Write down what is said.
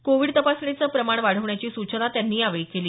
Covid तपासणीचं प्रमाण वाढवण्याची सूचना त्यांनी यावेळी केली